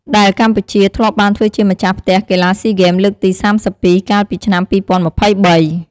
ដែលកម្ពុជាធ្លាប់បានធ្វើជាម្ចាស់ផ្ទះកីឡាស៊ីហ្គេមលើកទី៣២ កាលពីឆ្នាំ២០២៣។